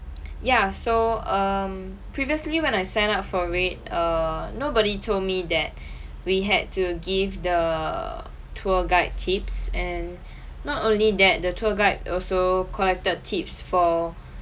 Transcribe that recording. ya so um previously when I sign up for it err nobody told me that we had to give the tour guide tips and not only that the tour guide also collected tips for